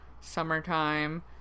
summertime